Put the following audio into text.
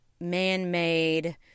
man-made